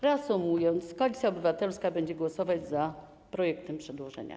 Reasumując, Koalicja Obywatelska będzie głosować za projektem przedłożenia.